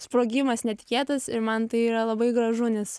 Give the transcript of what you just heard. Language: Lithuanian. sprogimas netikėtas ir man tai yra labai gražu nes